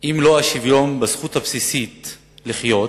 אם לא השוויון בזכות הבסיסית לחיות,